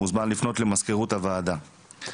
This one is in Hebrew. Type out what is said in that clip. מוזמן לפנות למזכירות הוועדה.